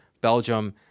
Belgium